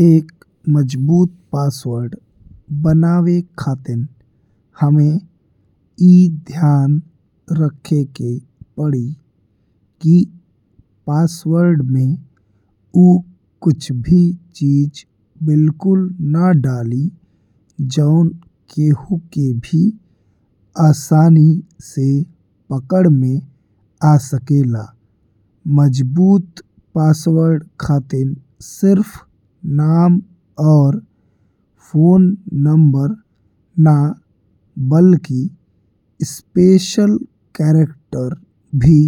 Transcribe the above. एक मजबूत पासवर्ड बनावे खातिर हमे ई ध्यान रखे के पड़ी कि पासवर्ड में ऊ कुछ भी चीज बिलकुल ना डाली जौन केहु के भी आसानी से पकड़ में आ सकेला। मजबूत पासवर्ड खातिर सिर्फ नाम और फोन नंबर ना बल्कि स्पेशल करैक्टर भी